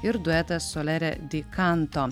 ir duetas solere dikanto